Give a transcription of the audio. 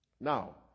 Now